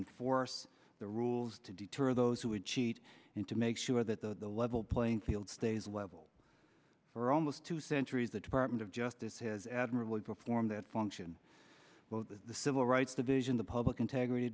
end force the rules to deter those who would cheat and to make sure that the level playing field stays level for almost two centuries the department of justice has admirably perform that function well the civil rights division the public integrity